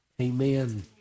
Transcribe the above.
Amen